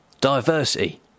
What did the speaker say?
diversity